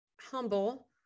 humble